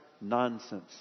nonsense